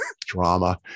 drama